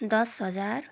दस हजार